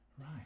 right